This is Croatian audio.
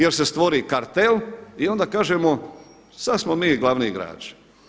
Jer se stvori kartel i onda kažemo sad smo mi glavni igrači.